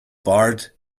barred